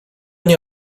nie